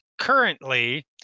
currently